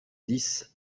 dix